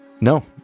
No